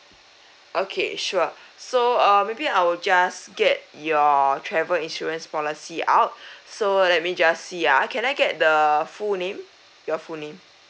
okay sure so uh maybe I'll just get your travel insurance policy out so let me just see ah can I get the full name your full name